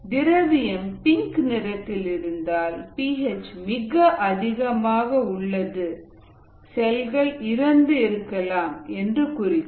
திரவியம் பிங்க் நிறத்தில் இருந்தால் பி ஹெச் மிக அதிகமாக உள்ளது செல்கள் இறந்து இருக்கலாம் என்று குறிக்கும்